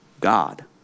God